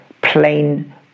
plain